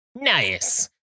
Nice